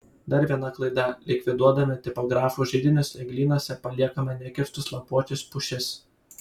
dar viena klaida likviduodami tipografų židinius eglynuose paliekame nekirstus lapuočius pušis